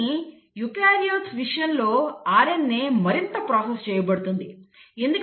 కానీ యూకారియోట్ల విషయంలో RNA మరింత ప్రాసెస్ చేయబడుతుంది